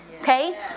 okay